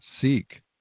seek